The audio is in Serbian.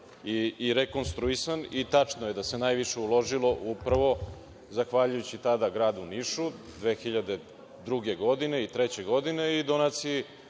je rekonstruisan. Tačno je da se najviše uložilo upravo zahvaljujući tada gradu Nišu 2002. i 2003. godine i donaciji